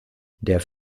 der